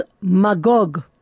Magog